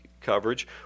coverage